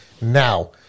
Now